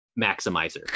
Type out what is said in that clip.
maximizer